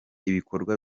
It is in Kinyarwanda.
ibikorwa